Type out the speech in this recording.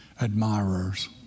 admirers